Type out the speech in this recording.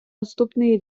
наступний